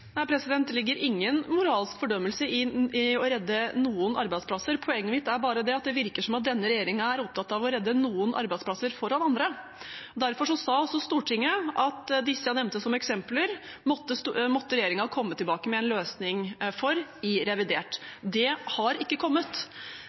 Det ligger ingen moralsk fordømmelse i å redde noen arbeidsplasser. Poenget mitt er bare at det virker som om denne regjeringen er opptatt av å redde noen arbeidsplasser foran andre. Derfor sa også Stortinget at dem jeg nevnte som eksempler, måtte regjeringen komme tilbake med en løsning for i revidert